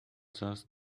just